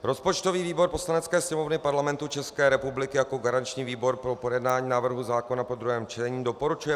Rozpočtový výbor Poslanecké sněmovny Parlamentu České republiky jako garanční výbor pro projednání návrhu zákona po druhém čtení doporučuje